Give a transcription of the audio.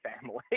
family